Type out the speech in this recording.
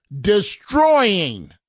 destroying